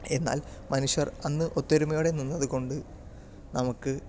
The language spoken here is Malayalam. എന്നാൽ മനുഷ്യർ അന്ന് ഒത്തൊരുമയോടെ നിന്നതുകൊണ്ട് നമുക്ക്